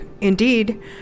indeed